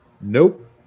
Nope